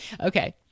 Okay